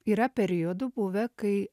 yra periodų buvę kai